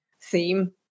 theme